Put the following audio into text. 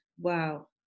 wow